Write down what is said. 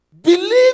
Believe